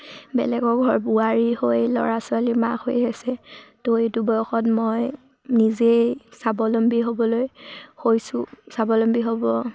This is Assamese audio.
বেলেগৰ ঘৰৰ বোৱাৰী হৈ ল'ৰা ছোৱালীৰ মাক হৈ আছে ত' এইটো বয়সত মই নিজেই স্বাৱলম্বী হ'বলৈ হৈছোঁ স্বাৱলম্বী হ'ব